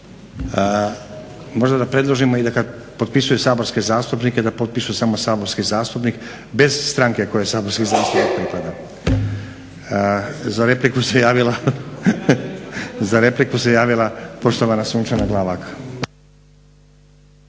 Možda da predlažemo da kada potpisuju saborske zastupnike da potpišu samo saborski zastupnik bez stranke kojoj saborski zastupnik pripada. Za repliku se javila poštovana Sunčana Glavak.